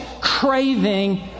craving